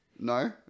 No